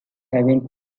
having